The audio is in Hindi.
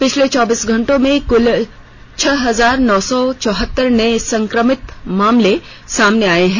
पिछले चौबीस घंटो में कुल छह हजार नौ सौ चौहतर नये सक्रिय मामले सामने आए हैं